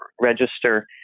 register